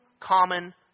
common